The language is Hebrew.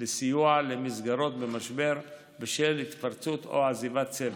לסיוע למסגרות במשבר בשל התפרצות או עזיבת צוות,